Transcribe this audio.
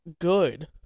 good